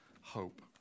hope